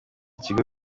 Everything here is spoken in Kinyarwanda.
ikigo